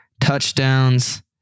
touchdowns